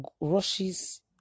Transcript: rushes